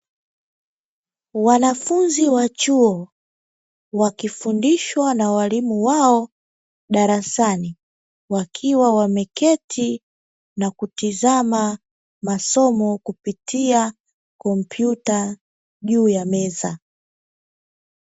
Wanafunzi wa chuo wakifundishwa na walimu wao darasani wakiwa wameketi na kutizama masomo kupitia kompyuta juu ya meza.